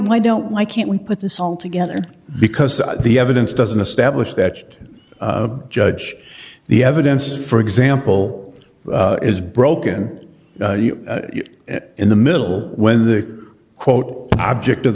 why don't why can't we put this all together because the evidence doesn't establish that judge the evidence for example is broken in the middle when the quote object of